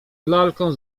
lalką